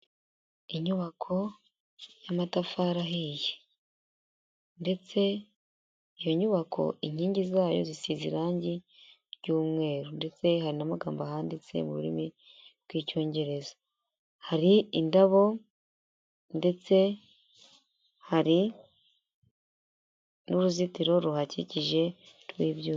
Inyubako y'amatafari ahiye, ndetse iyo nyubako inkingi zayo zisize irangi ry'umweru ndetse hari n'amagamba ahanditse mu rurimi rw'icyongereza. Hari indabo, ndetse hari n'uruzitiro ruhakikije rw'ibyuma.